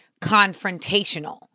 confrontational